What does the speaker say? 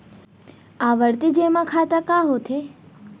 आवर्ती जेमा खाता का होथे?